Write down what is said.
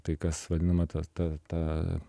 tai kas vadinama ta ta ta